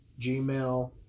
Gmail